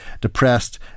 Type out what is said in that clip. depressed